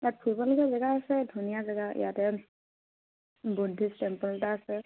ইয়াত ফুৰিবলগীয়া জেগা আছে ধুনীয়া জেগা ইয়াতে বুদ্ধিষ্ট টেম্পল এটা আছে